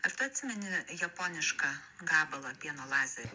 ar tu atsimeni japonišką gabalą pieno lazerių